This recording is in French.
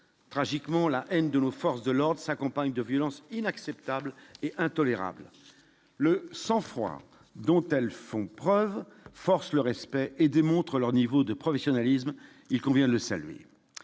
tragiquement la haine de nos forces de l'Ordre s'accompagne de violences inacceptables et intolérables, le sang-froid dont elles font preuve, force le respect et démontrent leur niveau de professionnalisme, il convient de saluer,